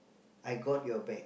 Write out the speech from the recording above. I got your back